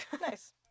Nice